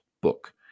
book